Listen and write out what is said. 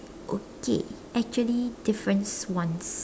okay actually difference ones